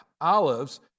Olives